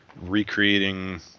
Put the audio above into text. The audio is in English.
recreating